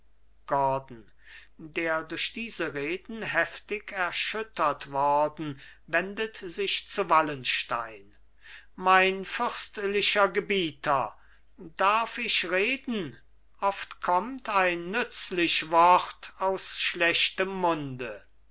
gordon der durch diese reden heftig erschüttert worden wendet sich zu wallenstein mein fürstlicher gebieter darf ich reden oft kommt ein nützlich wort aus schlechtem munde